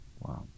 Wow